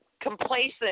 complacent